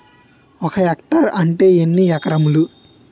ఒక హెక్టార్ అంటే ఎన్ని ఏకరములు?